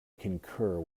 concur